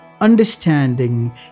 understanding